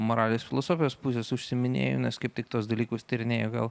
moralės filosofijos pusės užsiiminėju nes kaip tik tuos dalykus tyrinėju gal